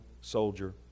soldier